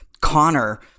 Connor